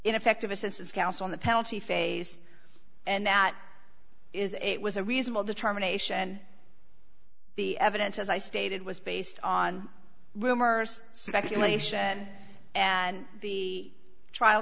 ineffective assistance counsel in the penalty phase and that is it was a reasonable determination the evidence as i stated was based on rumors speculation and the trial